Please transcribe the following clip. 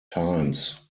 times